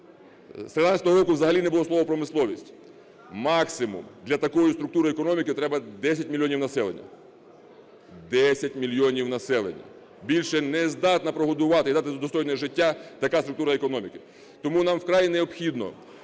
З 13-го року взагалі не було слова "промисловість". Максимум для такої структури економіки треба 10 мільйонів населення, 10 мільйонів населення. Більше не здатна прогодувати і дати достойне життя така структура економіки. Тому нам вкрай необхідно